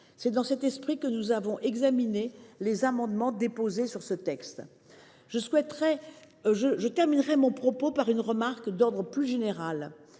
C’est dans cet esprit que nous avons examiné les amendements déposés sur ce texte. Je terminerai mon propos par une remarque d’ordre plus général.